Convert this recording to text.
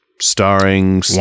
Starring